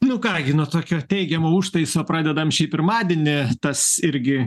nu ką gi nuo tokio teigiamo užtaiso pradedam šį pirmadienį tas irgi